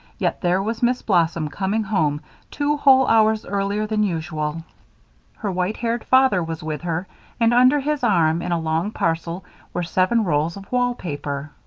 yet there was miss blossom coming home two whole hours earlier than usual her white-haired father was with her and under his arm in a long parcel were seven rolls of wall paper.